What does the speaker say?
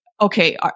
okay